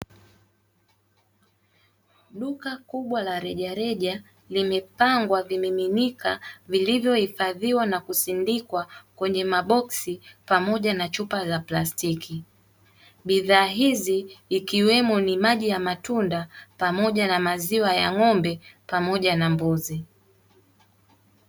Duka kubwa la rejareja limepangwa vimiminika vilivyohifadhiwa na kusindikwa kwenye maboksi pamoja na chupa za plastiki. Bidhaa hizi ikiwemo ni maji ya matunda, pamoja na maziwa ya ng'ombe pamoja na mbuzi.